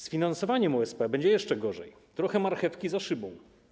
Z finansowaniem OSP będzie jeszcze gorzej - trochę marchewki za szybą.